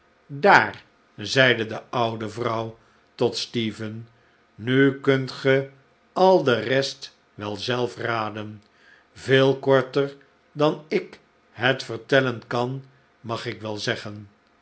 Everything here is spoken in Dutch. daar zeide de oude vrouw tot stephen nu kunt ge al de rest wel zelf raden veel korter dan ik het vertellen kan mag ik wel zeggen